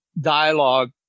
dialogue